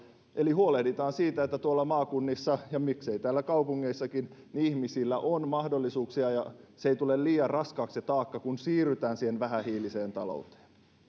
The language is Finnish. eli huolehditaan siitä että tuolla maakunnissa ja miksei täällä kaupungeissakin ihmisillä on mahdollisuuksia eikä taakka tule liian raskaaksi kun siirrytään siihen vähähiiliseen talouteen